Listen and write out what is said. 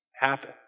happen